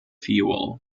fuel